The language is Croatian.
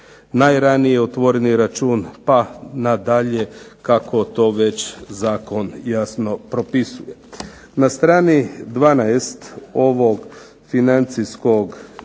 najranije otvoreni račun, pa na dalje kako to već zakon jasno propisuje. Na strani 12. ovog financijskog